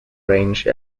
range